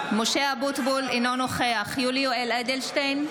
אינו נוכח יולי יואל אדלשטיין,